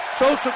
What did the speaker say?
Social